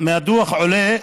מהדוח עולה